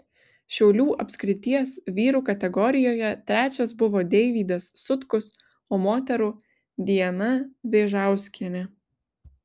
šiaulių apskrities vyrų kategorijoje trečias buvo deivydas sutkus o moterų diana vėžauskienė